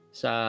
sa